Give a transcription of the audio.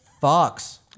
Fox